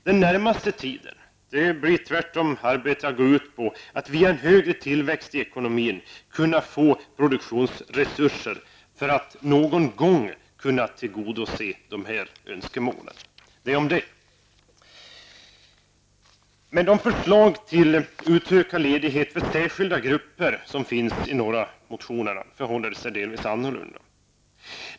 Den närmaste tiden måste tvärtom arbetet gå ut på att via en högre tillväxt i ekonomin få produktionsresurser för att någon gång kunna tillgodose dessa önskemål. Med de förslag till utökad ledighet för särskilda grupper som finns i några motioner förhåller det sig delvis annorlunda.